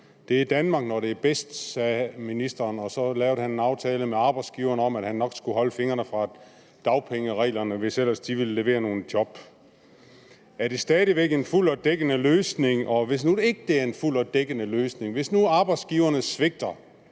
Det er Danmark, når det er bedst, sagde ministeren, og så lavede han en aftale med arbejdsgiverne om, at han nok skulle holde fingrene fra dagpengereglerne, hvis ellers de ville levere nogle job. Er det stadig væk en fuld og dækkende løsning, og hvis det nu ikke er en fuld og dækkende løsning, hvis nu arbejdsgiverne svigter,